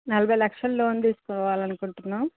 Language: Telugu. నలభై లక్షలు లోన్ తీసుకోవాలనుకుంటున్నాం